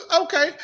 okay